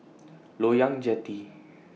Loyang Jetty